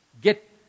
Get